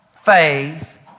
faith